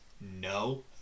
No